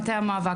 המאבק.